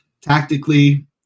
tactically